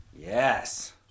Yes